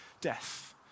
death